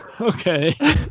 Okay